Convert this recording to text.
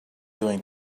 doing